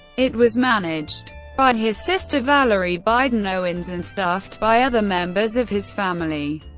it was managed by his sister valerie biden owens and staffed by other members of his family,